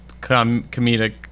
comedic